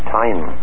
time